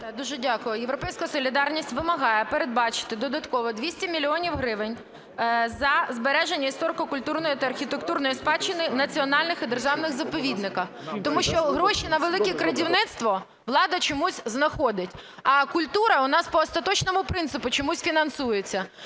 Дуже дякую. "Європейська солідарність" вимагає передбачити додатково 200 мільйонів гривень за збереження історико-культурної та архітектурної спадщини національних і державних заповідників. Тому що гроші на "велике крадівництво" влада чомусь знаходить, а культура у нас по остаточному принципу чомусь фінансується.